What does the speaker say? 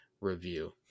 review